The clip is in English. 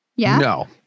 No